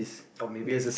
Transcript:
or maybe